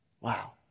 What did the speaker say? Wow